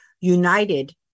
united